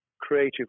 creative